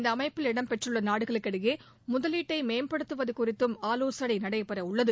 இந்த அமைப்பில் இடம்பெற்றுள்ள நாடுகளுக்கிடையே முலீட்டை மேம்படுத்துவது குறித்தும் ஆலோசனை நடைபெற உள்ளது